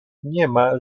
niema